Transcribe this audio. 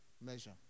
measure